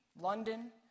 London